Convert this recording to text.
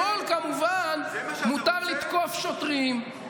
ולשמאל כמובן מותר לתקוף שוטרים,